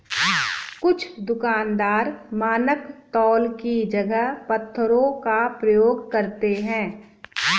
कुछ दुकानदार मानक तौल की जगह पत्थरों का प्रयोग करते हैं